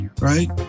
right